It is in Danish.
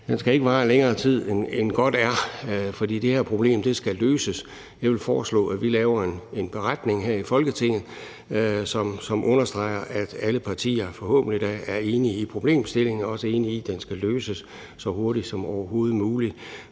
den skal ikke vare længere tid, end godt er. For det her problem skal løses. Jeg vil foreslå, at vi laver en beretning her i Folketinget, som understreger, at alle partier, forhåbentlig da, er enige i problemstillingen og også er enige i, at den skal løses så hurtigt som overhovedet muligt.